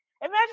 imagine